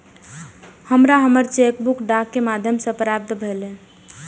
हमरा हमर cheque book डाक के माध्यम से प्राप्त भईल